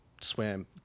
Swam